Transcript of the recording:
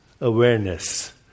awareness